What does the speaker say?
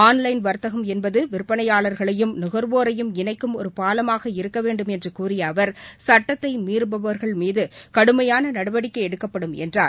online வர்த்தகம் என்பதுவிற்பனையாளர்களையும் நுகர்வோரையும் இணைக்கும் ஒருபாலமாக இருக்கவேண்டும் என்றுகூறியஅவர் சட்டத்தைமீறுபவர்கள் மீதுகடுமையானநடவடிக்கைஎடுக்கப்படும் என்றார்